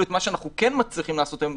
את מה שאנחנו כן מצליחים לעשות היום,